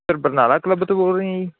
sir Barnala club ਤੋਂ ਬੋਲ ਰਹੇ ਹਾਂ ਜੀ